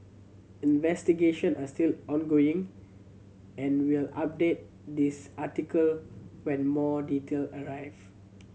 investigation are still ongoing and we'll update this article when more detail arrive